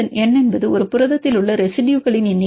n என்பது ஒரு புரதத்தில் உள்ள ரெசிடுயுகளின் எண்ணிக்கை